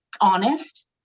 honest